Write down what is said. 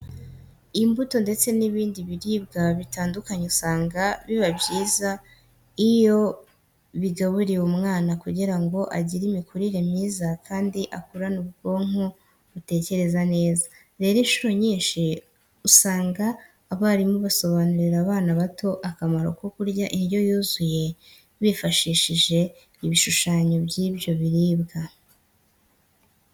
Imbuto ndetse n'ibindi biribwa bitandukanye usanga biba byiza iyo bigaburiwe umwana kugira ngo agire imikurire myiza kandi akurane ubwonko butekereza neza. Rero incuro nyinshi usanga abarimu basobanurira abana bato akamaro ko kurya indyo yuzuye bifashishije ibishushanyo by'ibyo biribwa.